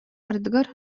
ардыгар